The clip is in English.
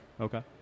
Okay